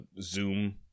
Zoom